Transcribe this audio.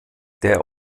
der